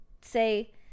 say